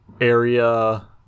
area